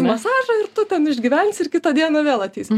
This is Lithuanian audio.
masažą ir tu ten išgyvensi ir kitą dieną vėl ateisi